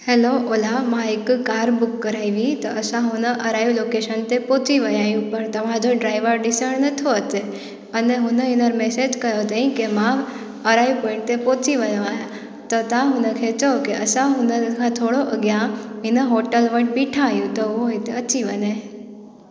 hello Ola मां हिक car book कराई हुई त असां हुन अराइव लोकेशन ते पहुची विया आहियूं पर तव्हांजो ड्राइवर ॾिसण नथो अचे अन हुन हींअर मेसैज कयो अथई की मां अराइव पॉइंट ते पहुची वियो आहियां त तव्हां हुनखे चयो की असां हुनखां थोरो अॻियां हिन होटल वटि ॿीठा आहियूं त उहो हिते अची वञे